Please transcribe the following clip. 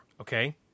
okay